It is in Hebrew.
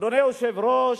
אדוני היושב ראש,